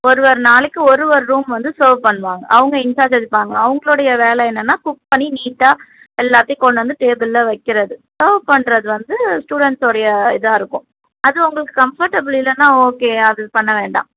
ஒரு ஒரு நாளைக்கு ஒரு ஒரு ரூம் வந்து சர்வ் பண்ணுவாங்க அவங்க இன்சார்ஜ் எடுப்பாங்க அவங்களுடைய வேலை என்னென்னால் குக் பண்ணி நீட்டாக எல்லாத்தையும் கொண்டு வந்து டேபுளில் வைக்கிறது சர்வ் பண்ணுறது வந்து ஸ்டூடண்ட்ஸோடைய இதாக இருக்கும் அது உங்களுக்கு கம்ஃபர்ட்டபிள் இல்லைன்னா ஓகே அது பண்ண வேண்டாம்